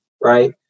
right